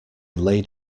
laid